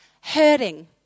hurting